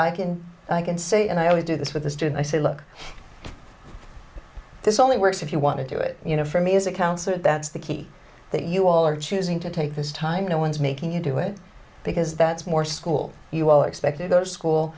i can say and i always do this with the student i say look this only works if you want to do it you know for me as a counselor that's the key that you all are choosing to take this time no one's making you do it because that's more school you all expect to go to school